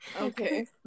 Okay